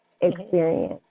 experience